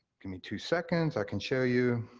give me two seconds, i can show you.